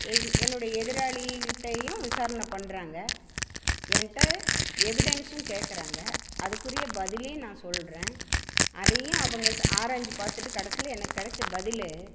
என்னுடைய எதிராளிக்கிட்டையும் விசாரனை பண்ணுறாங்க என்கிட்ட எவிடன்ஸும் கேட்கறாங்க அதுக்குரிய பதிலையும் நான் சொல்கிறேன் அதையும் அவங்க ஸ் ஆராய்ஞ்சு பார்த்துட்டு கடைசியில் எனக்கு கிடச்ச பதில்